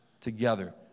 together